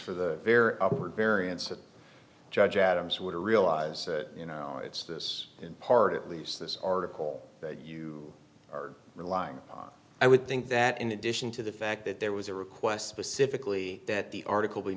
for the very variance of judge adams would realize you know it's this in part at least this article that you are relying on i would think that in addition to the fact that there was a request specifically that the article